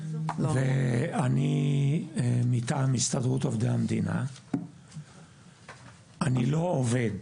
אני מטעם הסתדרות עובדי המדינה ואני לא עובד,